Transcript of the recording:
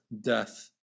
death